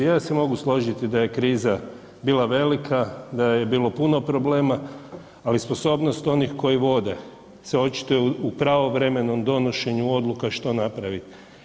Ja se mogu složiti da je kriza bila velika, da je bilo puno problema, ali sposobnost onih koji vode se očituje u pravovremenom donošenju odluka što napravit.